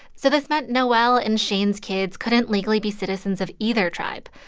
so this meant noelle and shane's kids couldn't legally be citizens of either tribe.